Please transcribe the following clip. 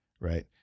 Right